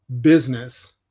business